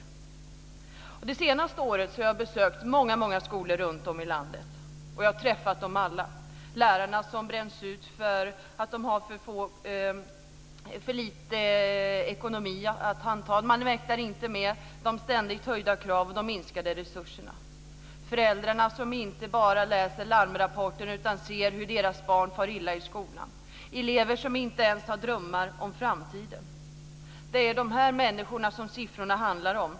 Under de senaste åren har jag besökt många skolor runtom i landet, och jag har träffat dem alla, lärarna som har bränts ut för att de har för dålig ekonomi att handha. Man mäktar inte med de ständigt höjda kraven och minskade resurserna. Föräldrarna läser inte bara larmrapporter utan de ser hur deras barn far illa i skolan. Många elever har inte ens drömmar om framtiden. Det är dessa människor som siffrorna handlar om.